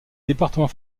département